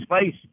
space